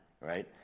right